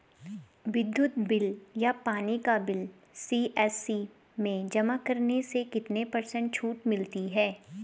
विद्युत बिल या पानी का बिल सी.एस.सी में जमा करने से कितने पर्सेंट छूट मिलती है?